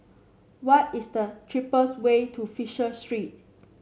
what is the cheapest way to Fisher Street